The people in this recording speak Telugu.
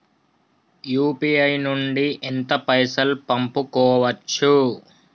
యూ.పీ.ఐ నుండి ఎంత పైసల్ పంపుకోవచ్చు?